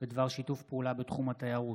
בדבר שיתוף פעולה בתחום התיירות.